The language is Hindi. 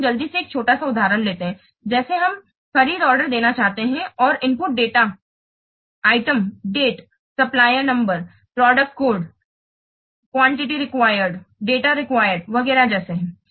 अब हम जल्दी से एक छोटा सा उदाहरण लेते हैं जिसे हम खरीद ऑर्डर देना चाहते हैं और input data item date supplier number product code quantity required date required वगैरह जैसे हैं